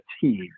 team